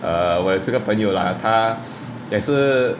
err 我这个朋友啦他也是